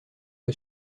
que